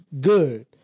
Good